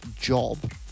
job